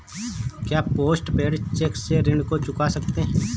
क्या post paid cheque से ऋण को चुका सकते हैं?